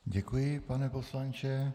Děkuji, pane poslanče.